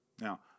Now